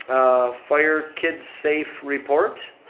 fire kits safe report.